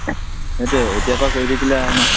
সেইটোৱে এতিয়াৰপৰা কৰি থাকিলে আৰু ন